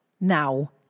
now